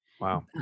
Wow